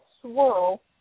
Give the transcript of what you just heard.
swirl